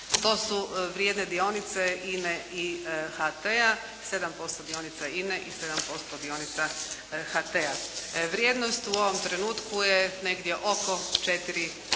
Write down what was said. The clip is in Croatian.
To su vrijedne dionice INA-e i HT-a. Sedam posto dionica INA-e i sedam posto dionica HT-a. Vrijednost u ovom trenutku je negdje oko 4